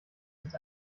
ist